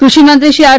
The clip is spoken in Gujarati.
ક્રૃષિ મંત્રી શ્રી આર